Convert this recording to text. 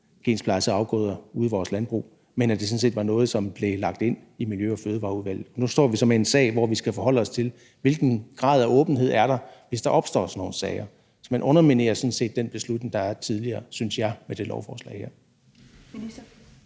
til gensplejsede afgrøder ude i vores landbrug, men at det sådan set var noget, som blev lagt ind i Miljø- og Fødevareudvalget. Nu står vi så med en sag, hvor vi skal forholde os til, hvilken grad af åbenhed der er, hvis der opstår sådan nogle sager. Så man underminerer sådan set den beslutning, der er fra tidligere, synes jeg, med det her lovforslag.